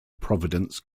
providence